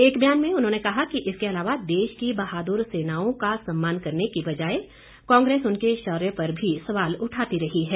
एक बयान में उन्होंने कहा कि इसके अलावा देश की बहाद्र सेनाओं का सम्मान करने की बजाय कांग्रेस उनके शौर्य पर भी सवाल उठाती रही है